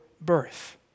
birth